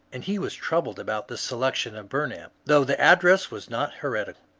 and he was troubled about the selection of bumap, though the address was not heretical.